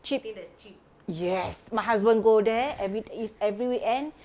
cheap yes my husband every ev~ every weekend